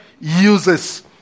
uses